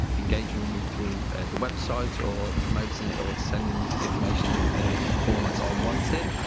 engaging me me through the website or promoting it or sending me information in the format i want it.